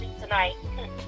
tonight